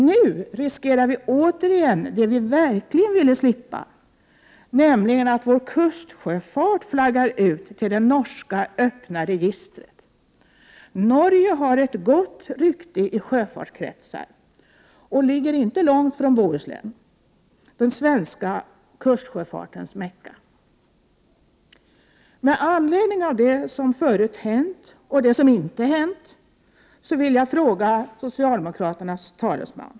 Vi riskerar nu återigen det vi verkligen ville slippa, nämligen att vår kustsjöfart flaggar ut till det öppna norska registret. Norge har ett gott rykte i sjöfartskretsar och ligger inte långt från Bohuslän, den svenska kustsjöfartens Mekka. Med anledning av det som hänt och det som inte hänt vill jag ställa fyra frågor till socialdemokraternas talesman.